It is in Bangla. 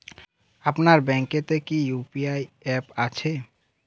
আপনার ব্যাঙ্ক এ তে কি ইউ.পি.আই অ্যাপ আছে?